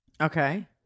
Okay